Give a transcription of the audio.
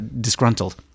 disgruntled